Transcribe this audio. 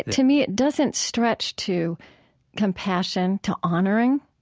to me, it doesn't stretch to compassion, to honoring,